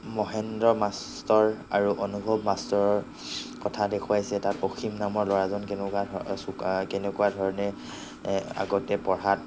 Mahendra master আৰু অনুভৱ মাষ্টৰৰ কথা দেখুৱাইছে তাত অসীম নামৰ ল'ৰাজন কেনেকুৱা ধৰ চোকা কেনেকুৱা ধৰণে আগতে পঢ়াত